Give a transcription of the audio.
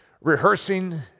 Rehearsing